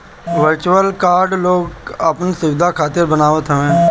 virtual card लोग अपनी सुविधा खातिर बनवावत हवे